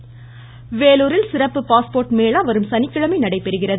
passport வேலூரில் சிறப்பு passport mela வரும் சனிக்கிழமை நடைபெறுகிறது